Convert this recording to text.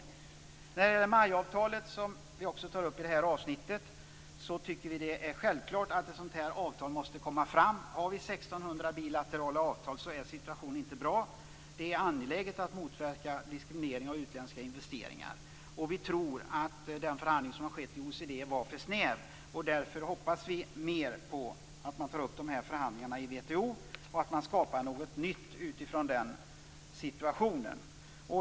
När det gäller MAI-avtalet, som vi också tar upp i det här avsnittet, tycker vi att det är självklart att ett sådant här avtal måste komma fram. Har vi 1 600 bilaterala avtal är inte situationen bra. Det är angeläget att motverka diskriminering av utländska investeringar. Vi tror att den förhandling som har skett i OECD var för snäv, och därför hoppas vi mer på att man tar upp de här förhandlingarna i WTO och att man skapar något nytt utifrån den situationen.